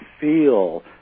feel